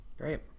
Great